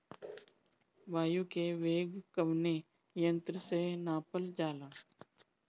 वायु क वेग कवने यंत्र से नापल जाला?